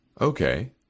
Okay